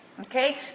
okay